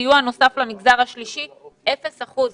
סיוע נוסף למגזר השלישי, אפס אחוז.